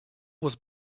was